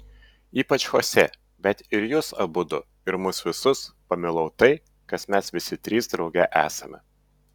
ypač chosė bet ir jus abudu ir mus visus pamilau tai kas mes visi trys drauge esame